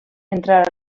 entrar